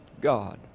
God